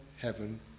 heaven